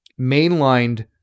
mainlined